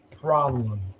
problem